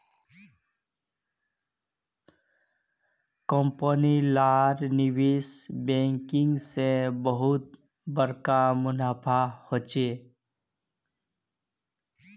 company लार निवेश banking से बहुत बड़का मुनाफा होचे